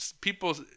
people